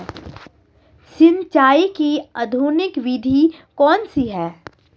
सिंचाई की आधुनिक विधि कौनसी हैं?